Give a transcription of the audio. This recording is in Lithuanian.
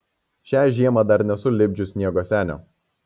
šią žiemą dar nesu lipdžius sniego senio